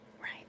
Right